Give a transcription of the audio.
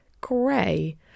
grey